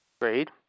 Great